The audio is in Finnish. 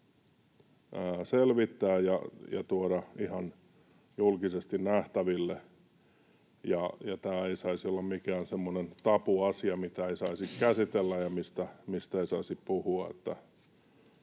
selvittää ja tuoda ihan julkisesti nähtäville. Ja tämä ei saisi olla mikään semmoinen tabuasia, mitä ei saisi käsitellä ja mistä ei saisi puhua.